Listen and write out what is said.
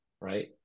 right